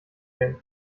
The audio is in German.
denn